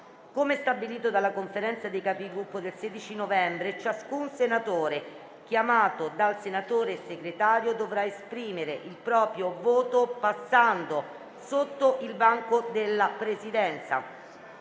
Come stabilito dalla Conferenza dei Capigruppo del 16 novembre, ciascun senatore chiamato dal senatore Segretario dovrà esprimere il proprio voto passando innanzi al banco della Presidenza.